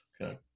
Okay